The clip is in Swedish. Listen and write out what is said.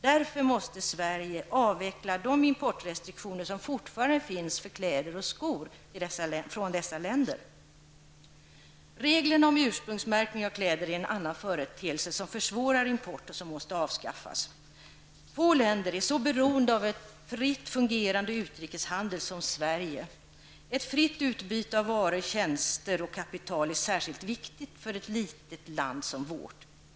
Därför måste Sverige avveckla de importrestriktioner som fortfarande finns för kläder och skor från dessa länder. Reglerna om ursprungsmärkning av kläder är en annan företeelse som försvårar importen och som måste avskaffas. Få länder är så beroende av en fritt fungerande utrikeshandel som Sverige. Ett fritt utbyte av varor, tjänster och kapital är särskilt viktigt för ett litet land som vårt.